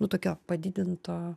nu tokio padidinto